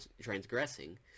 transgressing